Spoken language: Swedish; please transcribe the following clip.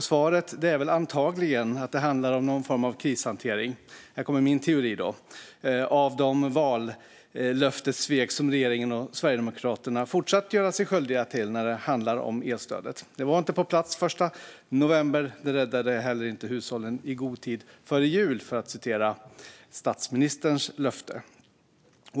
Svaret är antagligen att det handlar om någon form av krishantering - det är min teori - av de vallöftessvek som regeringen och Sverigedemokraterna fortsätter att göra sig skyldiga till när det handlar om elstödet. Det var inte på plats den 1 november, och det räddade inte heller hushållen i god tid före jul, för att citera statsministerns löfte.